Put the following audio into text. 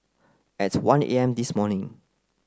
at one A M this morning